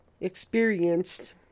experienced